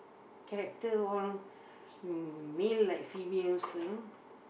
character all male like female thing